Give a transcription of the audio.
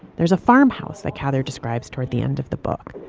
there's a farmhouse that cather describes toward the end of the book.